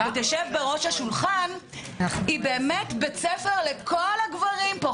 ותשב בראש השולחן - היא באמת בית ספר לכל הגברים פה.